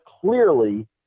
clearly